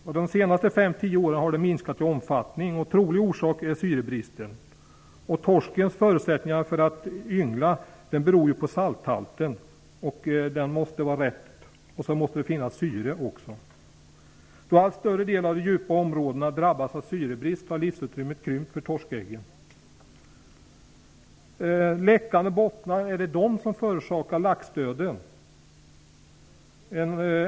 Under de senaste 5--10 åren har torskfisket minskat i omfattning. Trolig orsak är syrebristen. Torskens förutsättningar att yngla beror på salthalten. Den måste vara den lämpliga. Dessutom måste det finnas syre. Eftersom allt större delar av de djupa områdena har drabbats av syrebrist, har livsrummet krympt för torskäggen. Är det läckande bottnar som förorsakar laxdöd?